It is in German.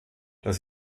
dass